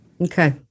Okay